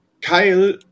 Kyle